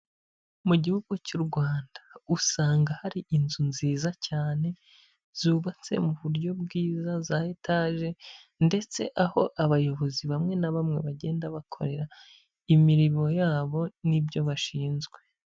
Mu gihugu cy'u Rwanda usanga hari inzu nziza cyane zubatse mu buryo bwiza za etage ndetse aho abayobozi bamwe na bamwe bagenda bakorera imirimo yabo n'ibyo bashinzwe.